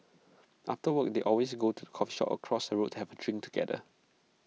after work they always go to the coffee shop across the road to have A drink together